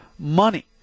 Money